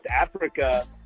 Africa